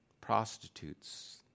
prostitutes